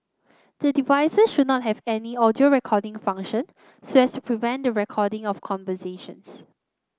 the devices should not have any audio recording function so as to prevent the recording of conversations